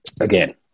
again